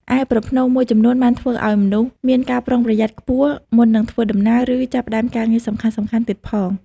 ឯប្រផ្នូលមួយចំនួនបានធ្វើឲ្យមនុស្សមានការប្រុងប្រយ័ត្នខ្ពស់មុននឹងធ្វើដំណើរ ឬចាប់ផ្តើមការងារសំខាន់ៗទៀតផង។